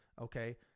Okay